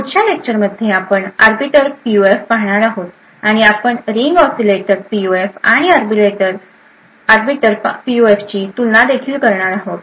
पुढच्या लेक्चर मध्ये आपण आर्बीटर पीयूएफ पाहणार आहोत आणि आपण रिंग ऑसीलेटर पीयूएफ आणि आर्बीटर पीयूएफची तुलना देखील करणार आहोत